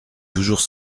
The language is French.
toujours